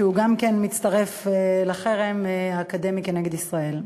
שגם הוא מצטרף לחרם האקדמי נגד ישראל,